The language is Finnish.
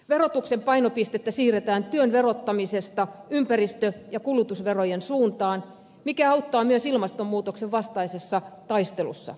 verotuksen painopistettä siirretään työn verottamisesta ympäristö ja kulutusverojen suuntaan mikä auttaa myös ilmastonmuutoksen vastaisessa taistelussa